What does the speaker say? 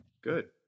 good